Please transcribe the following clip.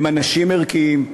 הם אנשים ערכיים,